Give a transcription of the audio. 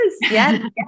yes